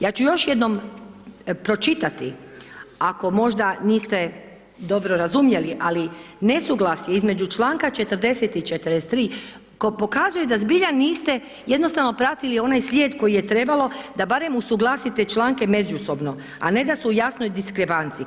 Ja ću još jednom pročitati, ako možda niste dobro razumjeli, ali nesuglasje između članka 40. i 43. pokazuje da zbilja niste jednostavno pratili onaj slijed koji je trebalo da barem usuglasite članke međusobno, a ne da su u jasnoj diskrepanci.